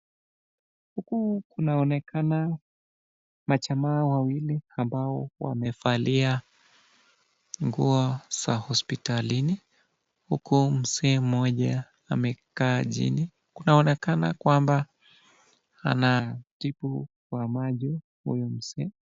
Huku kunaonekana majamaa wawili ambao wamevalia nguo za hospitalini huku mzee moja amekaa chini, kunaonekana kwamba anatibu kwa maji huyu mzee.